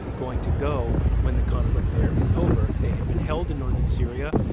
going to go when the conflict there is over? they had been held in northern syria,